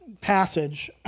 passage